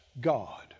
God